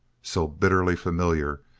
so bitterly familiar,